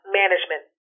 management